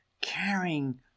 carrying